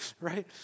right